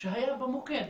שהיה במוקד,